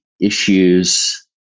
issues